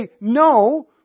no